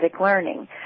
learning